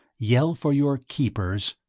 yell for your keepers.